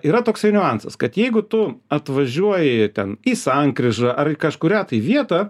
yra toksai niuansas kad jeigu tu atvažiuoji ten į sankryžą ar į kažkurią vietą